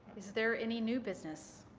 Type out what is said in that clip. is there any new business?